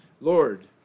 Lord